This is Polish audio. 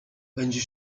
będzie